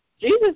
Jesus